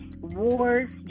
wars